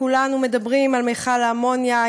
כולנו מדברים על מכל האמוניה,